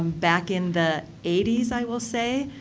back in the eighty s, i will say,